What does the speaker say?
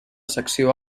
secció